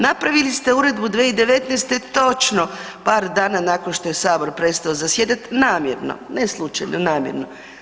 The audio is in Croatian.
Napravili ste uredbu 2019., točno par dana nakon što je Sabor prestao zasjedat, namjerno, ne slučajno, namjerno.